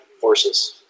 horses